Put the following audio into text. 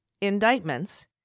indictments